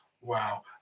Wow